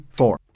four